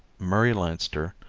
murray leinster,